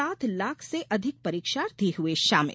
सात लाख से अधिक परीक्षार्थी हुए शामिल